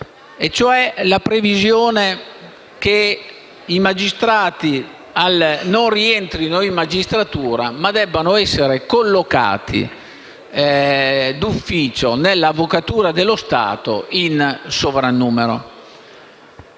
la previsione che i magistrati non rientrino in magistratura ma debbano essere collocati d'ufficio nell'Avvocatura dello Stato, in sovrannumero.